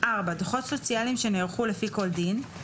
דוחות סוציאליים שנערכו לפי כל דין,